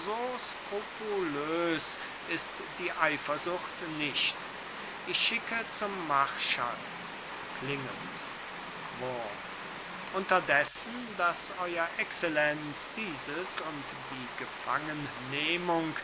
ist die eifersucht nicht ich schicke zum marschall klingelt wurm unterdessen daß ew excellenz dieses und die